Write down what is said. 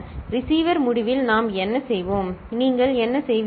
receiver முடிவில் நாம் என்ன செய்வோம் நீங்கள் என்ன செய்வீர்கள்